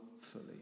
fully